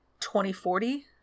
2040